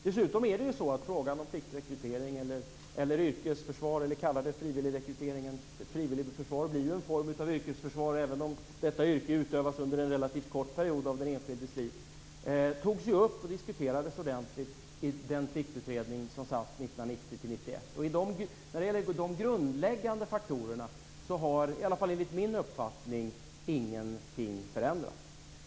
Dessutom är det ju så att frågan om pliktrekrytering eller yrkesförsvar eller kalla det frivillig rekrytering - ett frivilligt försvar blir ju en form av yrkesförsvar även om detta yrke utövas under en relativt kort period av den enskildes liv - togs ju upp och diskuterades ordentligt i den pliktutredning som satt 1990-1991. När det gäller de grundläggande faktorerna har ingenting förändrats, i alla fall enligt min uppfattning.